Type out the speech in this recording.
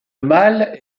mâle